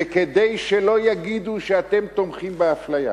וכדי שלא יגידו שאתם תומכים באפליה,